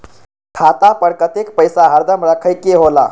खाता पर कतेक पैसा हरदम रखखे के होला?